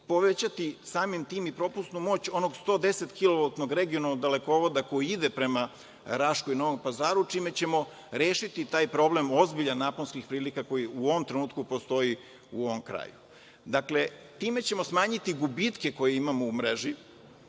povećati samim tim propusnu moć onog 110-kilovoltnog regionalnog dalekovoda koji ide prema Raškoj i Novom Pazaru, čime ćemo rešiti taj ozbiljan problem naponskih prilika koji u ovom trenutku postoji u ovom kraju. Dakle, time ćemo smanjiti gubitke koje imamo u mreži